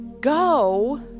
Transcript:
go